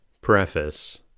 Preface